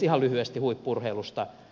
ihan lyhyesti huippu urheilusta